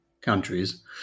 countries